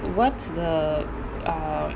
what's the err